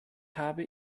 habe